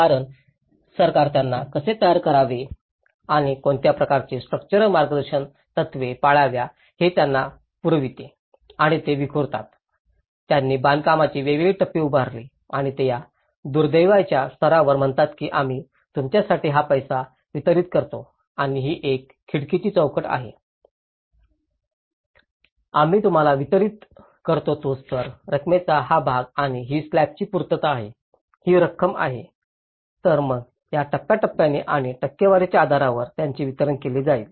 कारण सरकार त्यांना कसे तयार करावे आणि कोणत्या प्रकारचे स्ट्रक्चरल मार्गदर्शक तत्त्वे पाळाव्या हे त्यांना पुरविते आणि ते विखुरतात त्यांनी बांधकामाचे वेगवेगळे टप्पे उभारले आणि ते या दुर्दैवाच्या स्तरावर म्हणतात की आम्ही तुमच्यासाठी हा पैसा वितरित करतो आणि ही एक खिडकीची चौकट आहे आम्ही तुम्हाला वितरित करतो तो स्तर रकमेचा हा भाग आणि ही स्लॅबची पूर्तता आहे ही रक्कम आहे तर मग त्या टप्प्याटप्प्याने आणि टक्केवारीच्या आधारावर त्यांचे वितरण केले जाईल